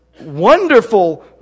wonderful